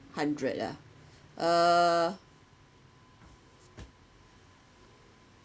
hundred ah uh